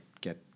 get